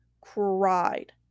cried